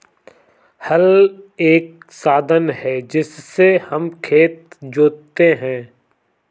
हल एक साधन है जिससे हम खेत जोतते है